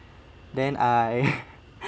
then I